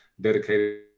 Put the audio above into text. dedicated